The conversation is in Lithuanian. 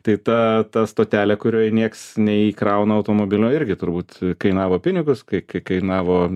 tai ta ta stotelė kurioj nieks neįkrauna automobilio irgi turbūt kainavo pinigus kai kai kainavo